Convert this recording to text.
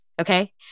Okay